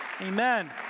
Amen